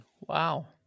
Wow